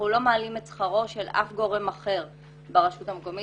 אנחנו לא מעלים את שכרו של אף גורם אחר ברשות המקומית.